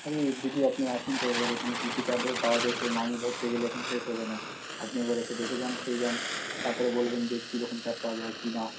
আরে দিদি আপনি আসুন তো একবার এখানে কি কি চাট পাওয়া যায় সেই নাম বলতে গেলে এখন শেষ হবে না আপনি একবার এসে দেখে যান খেয়ে যান তারপর বলবেন কি রকম চাট পাওয়া যায় কি না